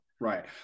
Right